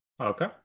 Okay